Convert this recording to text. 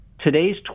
today's